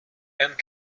and